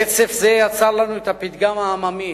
רצף זה יצר לנו את הפתגם העממי